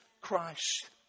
Christ